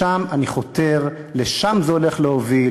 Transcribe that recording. לשם אני חותר, לשם זה הולך להוביל.